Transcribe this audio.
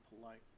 polite